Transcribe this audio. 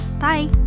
Bye